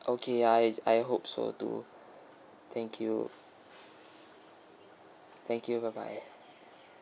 okay I I hope so too thank you thank you bye bye